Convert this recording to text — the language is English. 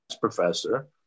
professor